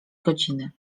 godziny